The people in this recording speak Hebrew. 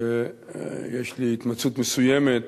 שיש לי התמצאות מסוימת